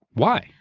why?